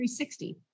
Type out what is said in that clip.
360